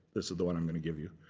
this is the one i'm going to give you.